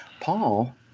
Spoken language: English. Paul